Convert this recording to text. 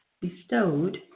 bestowed